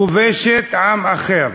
כובשת עם אחר.